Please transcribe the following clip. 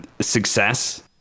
success